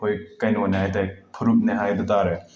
ꯑꯩꯈꯣꯏ ꯀꯩꯅꯣꯅꯦ ꯍꯥꯏ ꯇꯥꯏ ꯐꯨꯔꯨꯞꯅꯦ ꯍꯥꯏꯗꯨ ꯇꯥꯔꯦ